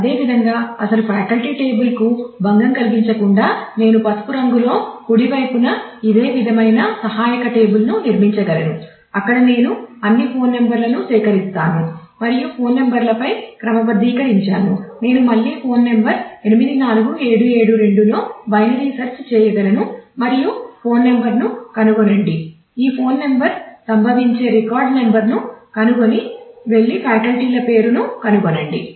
అదేవిధంగా అసలు ఫ్యాకల్టీ టేబుల్కు భంగం కలిగించకుండా నేను పసుపు రంగులో కుడివైపున ఇదే విధమైన సహాయక టేబుల్ను నిర్మించగలను అక్కడ నేను అన్ని ఫోన్ నంబర్లను సేకరిస్తాను మరియు ఫోన్ నంబర్లపై క్రమబద్ధీకరించాను నేను మళ్ళీ ఫోన్ నంబర్ 84772 లో బైనరీ సెర్చ్ చేయగలను మరియు ఫోన్ నంబర్ను కనుగొనండి ఈ ఫోన్ నంబర్ సంభవించే రికార్డ్ నంబర్ను కనుగొని వెళ్లి ఫ్యాకల్టీల పేరును కనుగొనండి